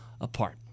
apart